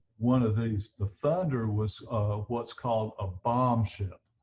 one of these, the thunder was what's called a bomb ship,